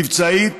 מבצעית,